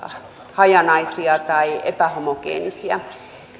hajanaisia tai epähomogeenisiä